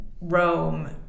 Rome